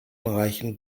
reichen